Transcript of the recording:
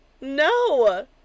No